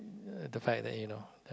uh the fact that you know